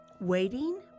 Waiting